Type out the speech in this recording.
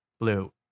Blue